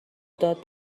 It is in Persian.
داد